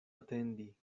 atendi